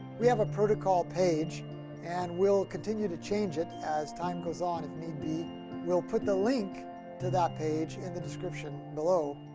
we have a protocol page and will continue to change it as time goes on if need be we'll put the link to that page in the description below,